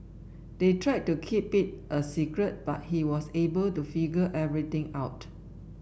they tried to keep it a secret but he was able to figure everything out